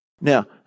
Now